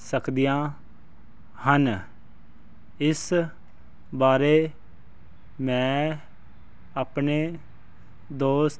ਸਕਦੀਆਂ ਹਨ ਇਸ ਬਾਰੇ ਮੈਂ ਆਪਣੇ ਦੋਸਤ